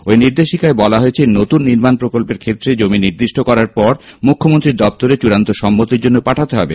ওই নির্দেশিকায় বলা হয়েছে নতুন নির্মান প্রকল্পের ক্ষেত্রে জমি নির্দিষ্ট করার পর মুখ্যমন্ত্রীর দপ্তরে চুড়ান্ত সম্মতির জন্য পাঠাতে হবে